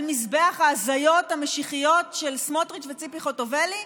מזבח ההזיות המשיחיות של סמוטריץ' וציפי חוטובלי?